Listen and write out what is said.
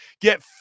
Get